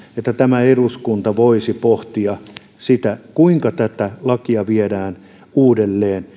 että eduskunta voisi pohtia uudelleen sitä kuinka tätä lakia viedään